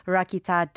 Rakita